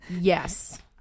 Yes